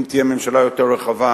אם תהיה ממשלה יותר רחבה,